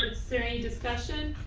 sorry, discussion?